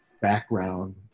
background